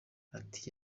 ati